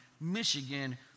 Michigan